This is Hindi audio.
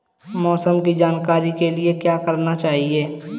मौसम की जानकारी के लिए क्या करना चाहिए?